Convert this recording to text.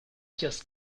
just